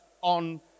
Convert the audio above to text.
on